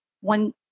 One